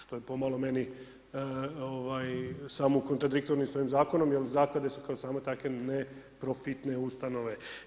Što je pomalo meni, samo kontradiktorno s ovim zakonom, jer zaklade su kao samo takve, neprofitne ustanove.